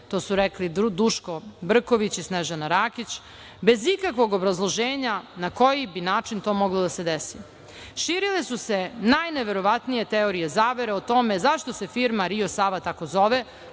To su rekli Duško Brković i Snežana Rakić, bez ikakvog obrazloženja na koji bi način to moglo da se desi. Širile su se najneverovatnije teorije zavere o tome zašto se firma „Rio Sava“ tako zove,